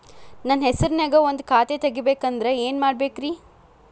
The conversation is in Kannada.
ನನ್ನ ಹೆಸರನ್ಯಾಗ ಒಂದು ಖಾತೆ ತೆಗಿಬೇಕ ಅಂದ್ರ ಏನ್ ಮಾಡಬೇಕ್ರಿ?